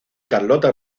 carlota